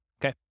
okay